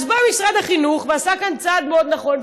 אז בא משרד החינוך ועשה כאן צעד מאוד נכון,